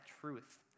truth